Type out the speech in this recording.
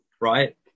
right